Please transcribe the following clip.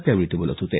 त्यावेळी ते बोलत होते